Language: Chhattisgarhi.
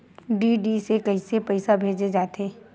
डी.डी से कइसे पईसा भेजे जाथे?